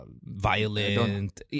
Violent